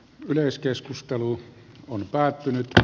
yleiskeskustelu on päättynyt